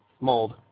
Mold